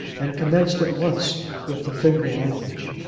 and commenced at once with the finger language.